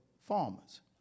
farmers